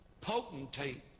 potentate